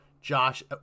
Josh